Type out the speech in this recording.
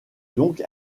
donc